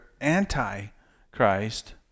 anti-Christ